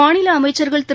மாநில அமைச்சர்கள் திரு